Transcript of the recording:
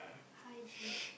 Haji